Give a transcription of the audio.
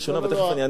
ותיכף אני אענה לך.